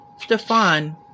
Stefan